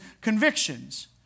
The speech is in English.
convictions